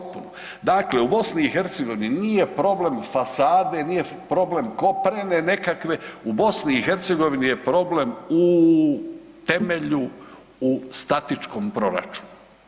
Dakle, u BiH nije problem fasade, nije problem koprene nekakve, u BiH je problem u temelju u statičkom proračunu.